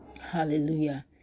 hallelujah